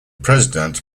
president